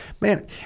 Man